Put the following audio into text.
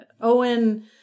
Owen